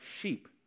sheep